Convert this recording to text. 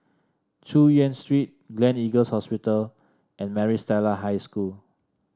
Chu Yen Street Gleneagles Hospital and Maris Stella High School